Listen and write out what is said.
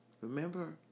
Remember